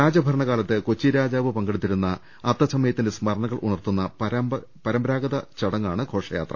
രാജഭരണകാലത്ത് കൊച്ചിരാജാവ് പങ്കെടുത്തിരുന്ന അത്തച്ചമയത്തിന്റെ സ്മരണകൾ ഉണർത്തുന്ന പരമ്പരാ ഗത ചടങ്ങാണ് ഘോഷയാത്ര